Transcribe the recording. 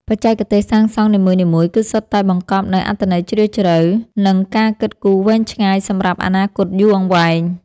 បច្ចេកទេសសាងសង់នីមួយៗគឺសុទ្ធតែបង្កប់នូវអត្ថន័យជ្រាលជ្រៅ និង ការគិតគូរវែងឆ្ងាយសម្រាប់អនាគតយូរអង្វែង។